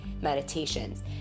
meditations